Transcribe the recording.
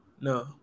no